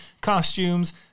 costumes